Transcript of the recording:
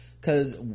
Cause